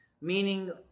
meaning